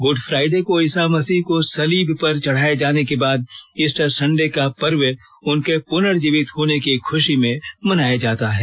good Friday को ईसा मसीह को सलीब पर चढ़ाये जाने के बाद ईस्टर संडे का पर्व उनके प्नर्जीवित होने की ख्शी में मनाया जाता है